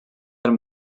del